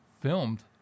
filmed